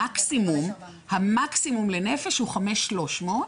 המקסימום לנפש הוא 5,300,